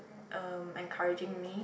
um encouraging me